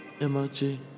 M-O-G